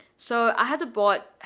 so i had to board,